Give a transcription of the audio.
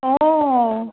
অ'